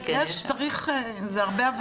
זו הרבה עבודה.